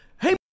hey